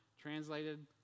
translated